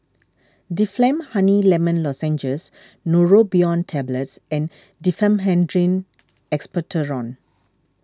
Difflam Honey Lemon Lozenges Neurobion Tablets and Diphenhydramine Expectorant